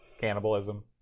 Cannibalism